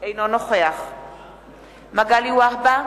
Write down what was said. אינו נוכח מגלי והבה,